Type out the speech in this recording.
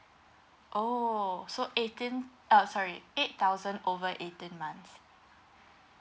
oh so eighteen uh sorry eight thousand over eighteen months